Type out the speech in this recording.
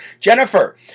Jennifer